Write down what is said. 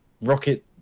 rocket